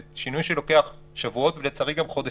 זה שינוי שלוקח שבועות ולצערי, גם חודשים.